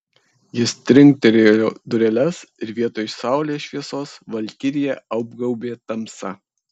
jis trinktelėjo dureles ir vietoj saulės šviesos valkiriją apgaubė tamsa